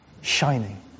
shining